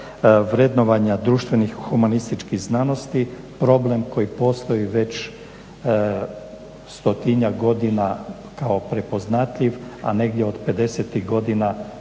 vrednovanja društvenih, humanističkih znanosti, problem koji postoji već stotinjak godina kao prepoznatljiv, a negdje od '50.-tih godina